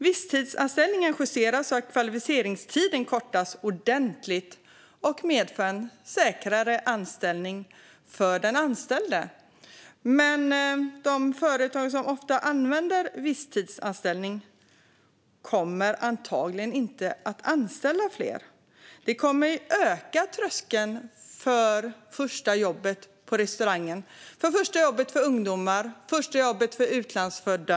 Visstidsanställningen justeras så att kvalificeringstiden kortas ordentligt och medför en säkrare anställning för den anställde. Men de företag som ofta använder visstidsanställning kommer antagligen inte att anställa fler. Det kommer att höja tröskeln för första jobbet på restaurangen, första jobbet för ungdomar och första jobbet för utlandsfödda.